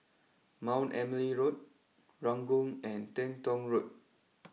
Mount Emily Road Ranggung and Teng Tong Road